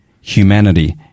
humanity